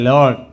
Lord